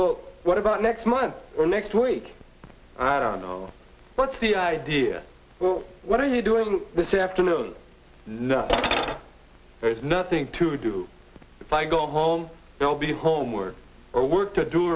well what about next month or next week i don't know what's the idea well what are you doing this afternoon no there's nothing to do if i go home i'll be home work or work to do